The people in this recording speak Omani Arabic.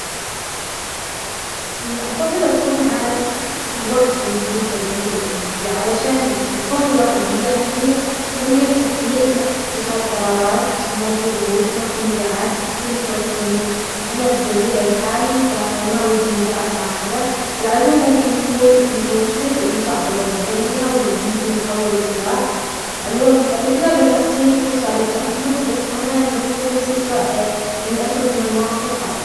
أفضل أن أكون عالقًا على جزيرة بمفردي. لأن الوحدة تعطيني فرصة للتفكير والتخطيط بشكل أفضل، ويمكنني التركيز على البقاء والنجاة دون أي تشويش. أما مع عدو، فالموقف ممكن يكون مرهقًا ويزيد من التوتر، مما يعكر صفو قدرتي على التعامل مع الوضع.